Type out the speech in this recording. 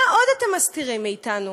מה עוד אתם מסתירים מאתנו?